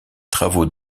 travaux